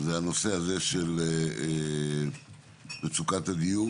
זה הנושא הזה של מצוקת הדיור